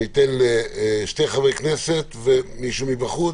אני אתן לשני חברי כנסת ומישהו מבחוץ,